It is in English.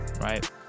right